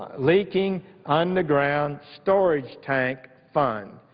leaking underground storage tank fund.